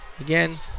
Again